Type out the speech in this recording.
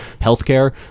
Healthcare